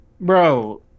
Bro